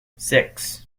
six